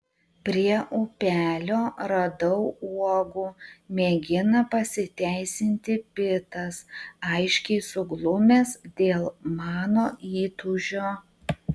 prie upelio radau uogų mėgina pasiteisinti pitas aiškiai suglumęs dėl mano įtūžio